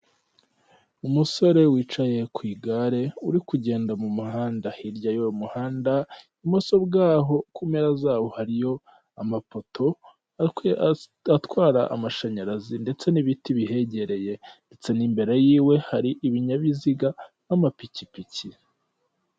Umusore wicaye ku igare uri kugenda mu muhanda hirya y'uwo muhanda, ibumoso bwaho ku mpera zawo hariyo amapoto atwara amashanyarazi, ndetse n'ibiti bihegereye ndetse n'imbere y'iwe hari ibinyabiziga n'amapikipiki.